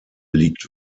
liegt